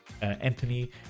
Anthony